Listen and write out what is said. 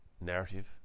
narrative